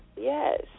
Yes